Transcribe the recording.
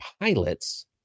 pilots